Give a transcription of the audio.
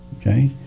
Okay